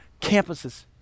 campuses